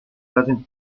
doesn’t